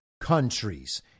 countries